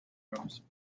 rooms